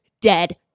dead